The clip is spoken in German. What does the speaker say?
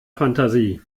fantasie